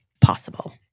possible